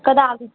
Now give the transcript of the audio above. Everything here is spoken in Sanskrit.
कदा आग